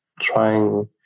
trying